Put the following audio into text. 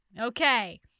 okay